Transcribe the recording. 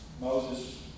Moses